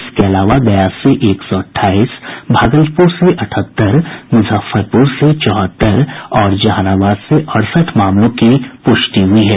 इसके अलावा गया से एक सौ अट्ठाईस भागलपुर से अठहत्तर मुजफ्फरपुर से चौहत्तर और जहानाबाद से अड़सठ मामलों की प्रष्टि हुई है